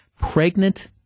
pregnant